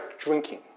drinking